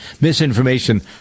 misinformation